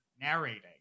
narrating